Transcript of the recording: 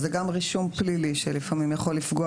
וזה גם רישום פלילי שיכול לפעמים לפגוע